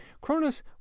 Cronus